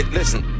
listen